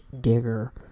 digger